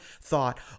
thought